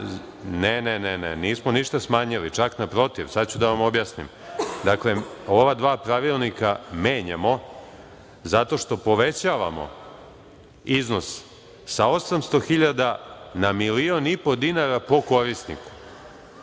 menjamo, nismo ništa smanjili, čak naprotiv, sada ću da vam objasnim. Dakle, ova dva pravilnika menjamo zato što povećavamo iznos sa 800.000 na 1.500.000 dinara po korisniku.